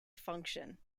function